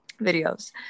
videos